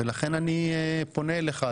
ולכן אני פונה אליך,